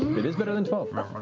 it is better than twelve.